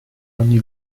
ogni